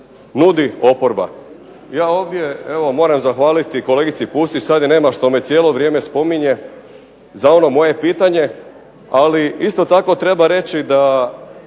nudi oporba. Ja ovdje evo moram zahvaliti kolegici Pusić, sad je nema, što me cijelo vrijeme spominje, za ono moje pitanje, ali isto tako treba reći da